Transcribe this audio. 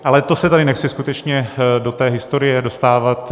Ale to se tady nechci skutečně do té historie dostávat.